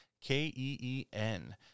K-E-E-N